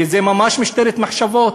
כי זה ממש משטרת מחשבות.